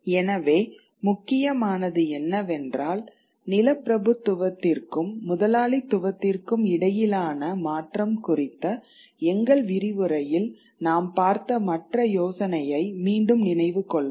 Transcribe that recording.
எனவே முக்கியமானது என்னவென்றால் நிலப்பிரபுத்துவத்திற்கும் முதலாளித்துவத்திற்கும் இடையிலான மாற்றம் குறித்த எங்கள் விரிவுரையில் நாம் பார்த்த மற்ற யோசனையை மீண்டும் நினைவு கொள்வோம்